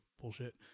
bullshit